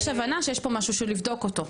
יש הבנה שיש פה משהו שצריך לבדוק אותו.